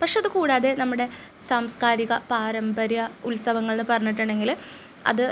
പക്ഷേ അത് കൂടാതെ നമ്മുടെ സാംസ്കാരിക പാരമ്പര്യ ഉത്സവങ്ങൾ എന്ന് പറഞ്ഞിട്ടുണ്ടെങ്കിൽ അത്